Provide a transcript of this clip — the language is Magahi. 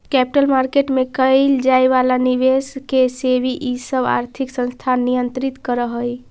कैपिटल मार्केट में कैइल जाए वाला निवेश के सेबी इ सब आर्थिक संस्थान नियंत्रित करऽ हई